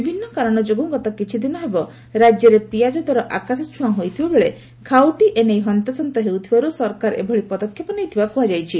ବିଭିନ୍ତ କାରଣ ଯୋଗୁଁ ଗତ କିଛିଦିନ ହେବ ରାକ୍ୟରେ ପିଆକ ଦର ଆକାଶଛୁଆଁ ହୋଇଥିବାବେଳେ ଖାଉଟି ଏ ନେଇ ହନ୍ତସନ୍ତ ହେଉଥିବାରୁ ସରକାର ଏଭଳି ପଦକ୍ଷେପ ନେଇଥିବା କୁହାଯାଇଛି